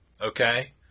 Okay